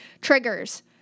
Triggers